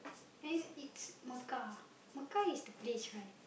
hey it's Macau Macau is the place right